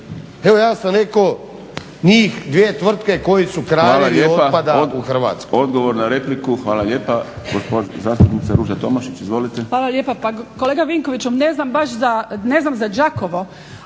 Evo ja sam rekao njih dvije tvrtke koje su kraljevi otpada u Hrvatskoj.